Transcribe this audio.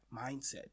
mindset